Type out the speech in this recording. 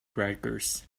braggers